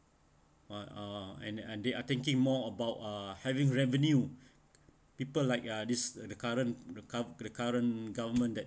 uh uh and and they are thinking more about uh having revenue people like uh this the current the cur~ to the current government that